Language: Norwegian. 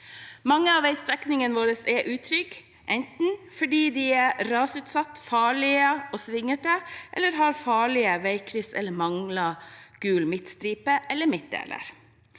Mange av veistrekningene våre er utrygge, enten fordi de er rasutsatte, farlige og svingete, har farlige veikryss, eller mangler gul midtstripe eller midtdeler.